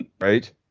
right